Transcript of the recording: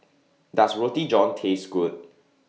Does Roti John Taste Good